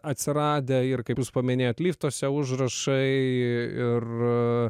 atsiradę ir kaip jūs paminėjot liftuose užrašai ir